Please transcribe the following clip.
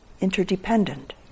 interdependent